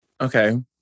Okay